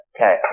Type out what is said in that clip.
Okay